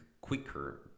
quicker